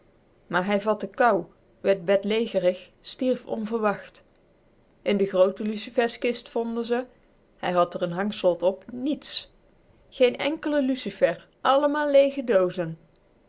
maar hij vatte kou werd bedlegerig stierf onverwacht in de groote luciferskist vonden ze hij had er een hangslot op niets geen ènkle lucifer allemaal leege doozen